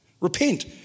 Repent